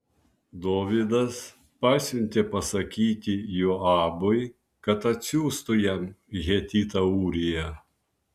dovydas pasiuntė pasakyti joabui kad atsiųstų jam hetitą ūriją